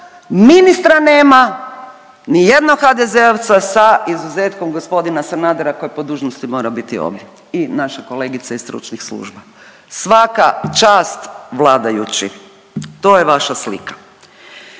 ministra nema, ni jednog HDZ-ovca sa izuzetkom gospodina Sanadera koji po dužnosti mora biti ovdje i naših kolegica iz Stručnih služba. Svaka čast vladajući. To je vaša slika.